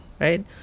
Right